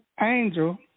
angel